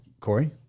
Corey